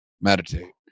meditate